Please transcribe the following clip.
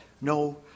No